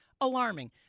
alarming